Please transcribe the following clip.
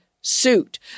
suit